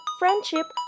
friendship